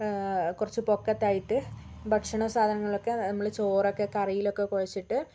കുറച്ച് പൊക്കത്തായിട്ട് ഭക്ഷണ സാധനങ്ങളൊക്കെ നമ്മൾ ചോറൊക്കെ കറിയിലൊക്കെ കുഴച്ചിട്ട്